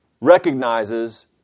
recognizes